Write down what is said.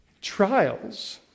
Trials